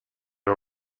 all